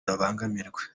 babangamirwa